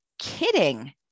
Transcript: Kidding